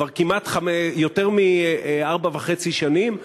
כבר כמעט יותר מארבע וחצי שנים,